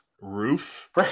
roof